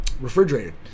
refrigerated